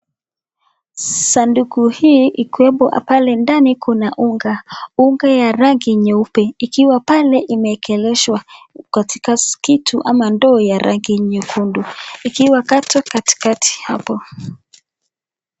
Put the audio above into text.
Sanduku hii ikiwepo pale ndani kuna unga, unga ya ya rangi nyeupe ikiwa pale imeekelewa katika kitu ama ndoo ya rangi nyekundu ikiwa hapo katikati.